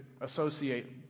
associate